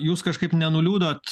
jūs kažkaip nenuliūdot